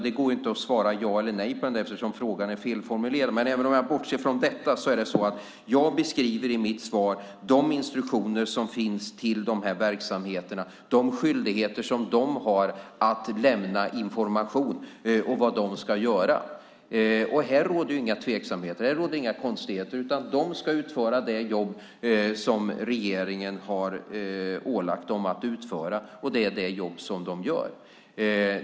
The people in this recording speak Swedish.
Det går inte att svara ja eller nej, eftersom frågan är felformulerad. Men även om jag bortser från detta är det så att jag i mitt svar beskriver de instruktioner som finns till dessa verksamheter, de skyldigheter som de har att lämna information och vad de ska göra. Här råder inga tveksamheter eller konstigheter. De ska utföra det jobb som regeringen har ålagt dem att utföra, och det är det jobbet de gör.